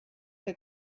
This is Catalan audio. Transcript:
que